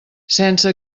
sense